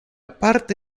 parte